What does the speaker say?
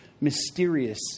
mysterious